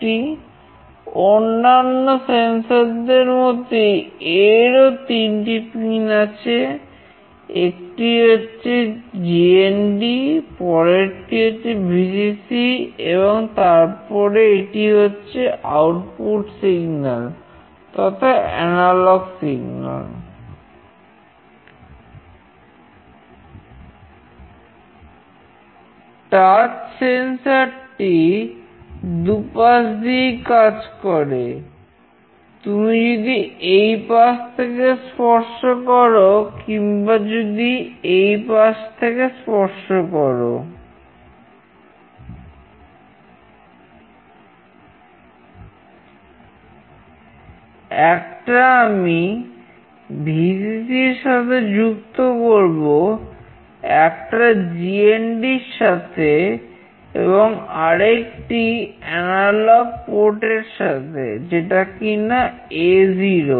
touch sensor এর সাথে যেটা কিনা A0